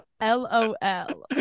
l-o-l